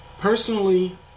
personally